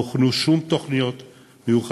לא הוכנו שום תוכניות מיוחדות